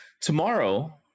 Tomorrow